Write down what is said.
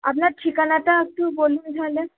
আপনার ঠিকানাটা একটু বলুন তাহলে